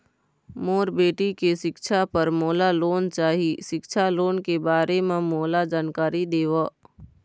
मोर बेटी के सिक्छा पर मोला लोन चाही सिक्छा लोन के बारे म मोला जानकारी देव?